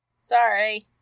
sorry